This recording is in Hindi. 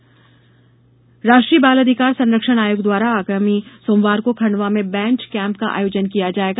बाल अधिकार बेंच राष्ट्रीय बाल अधिकार संरक्षण आयोग द्वारा आगामी सोमवार को खंडवा में बेंच कैंप का आयोजन किया जाएगा